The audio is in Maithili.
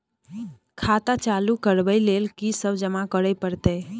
खाता चालू करबै लेल की सब जमा करै परतै?